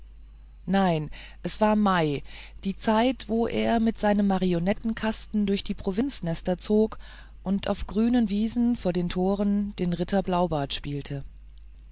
nein es war doch mai die zeit wo er mit seinem marionettenkasten durch die provinznester zog und auf grünen wiesen vor den toren den ritter blaubart spielte